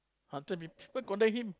after people condemn him